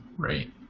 Right